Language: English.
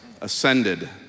ascended